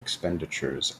expenditures